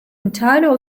entirely